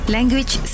Language